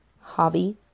hobby